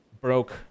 broke